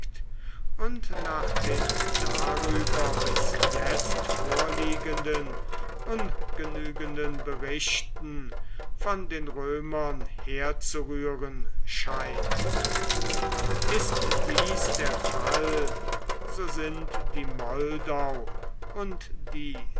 und nach den darüber bis jetzt vorliegenden ungenügenden berichten von den römern herzurühren scheint ist dies der fall so sind die moldau und die